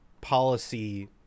policy